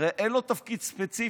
הרי אין לו תפקיד ספציפי.